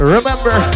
Remember